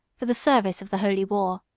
for the service of the holy war.